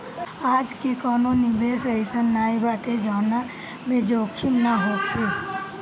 आजके कवनो निवेश अइसन नाइ बाटे जवना में जोखिम ना होखे